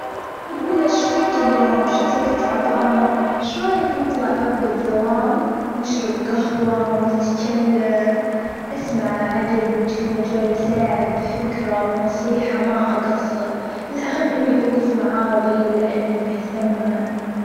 بجول له إيش فيك اليوم؟ شكلك تعبان إيش رأيك نطلع عجب الدوام نشرب جهوة، ونتجلم اسمع عدل؟ وإذ في مجال أساعد بفكرة، أو نصيحة ما أجصر الأهم إني أجف معاه وأبين له إني مهتمة.